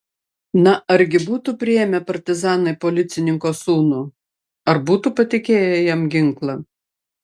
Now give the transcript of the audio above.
na argi būtų priėmę partizanai policininko sūnų ar būtų patikėję jam ginklą